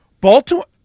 Baltimore